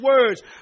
words